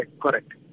Correct